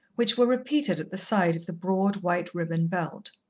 which were repeated at the side of the broad, white-ribbon belt.